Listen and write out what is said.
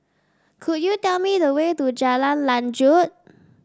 could you tell me the way to Jalan Lanjut